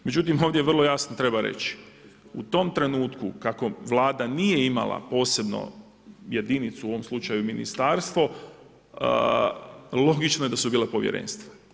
Međutim, ovdje vrlo jasno treba reći, u tom trenutku kako Vlada nije imala posebno jedinicu, u ovom slučaju ministarstvo logično da su bila povjerenstva.